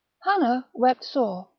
hannah wept sore,